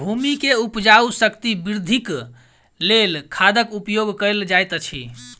भूमि के उपजाऊ शक्ति वृद्धिक लेल खादक उपयोग कयल जाइत अछि